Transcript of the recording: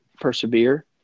persevere